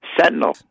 sentinel